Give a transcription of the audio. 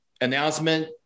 announcement